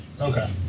Okay